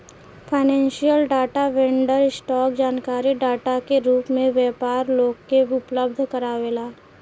financial data vendor, stock जानकारी data के रूप में व्यापारी लोग के उपलब्ध कारावेला